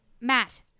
Matt